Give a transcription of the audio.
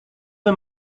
the